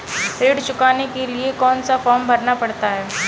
ऋण चुकाने के लिए कौन सा फॉर्म भरना पड़ता है?